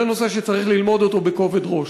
זה נושא שצריך ללמוד אותו בכובד ראש.